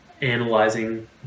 analyzing